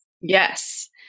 Yes